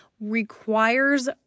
requires